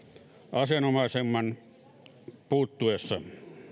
asianomaisaseman puuttuessa